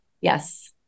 Yes